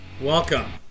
Welcome